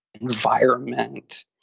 environment